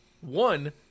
one